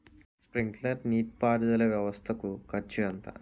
Sprinkler నీటిపారుదల వ్వవస్థ కు ఖర్చు ఎంత?